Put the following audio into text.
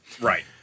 Right